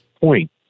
point